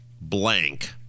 blank